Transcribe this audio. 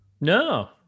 No